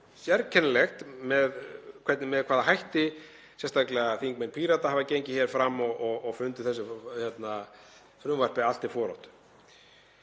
sérkennilegt með hvaða hætti sérstaklega þingmenn Pírata hafa gengið hér fram og fundið þessu frumvarpi allt til foráttu.